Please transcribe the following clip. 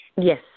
Yes